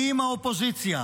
עם האופוזיציה,